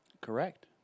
Correct